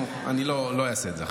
אני לא אעשה את זה עכשיו.